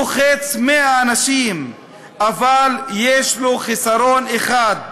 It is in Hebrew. הוא מוחץ מאה אנשים./ אבל יש לו חיסרון אחד: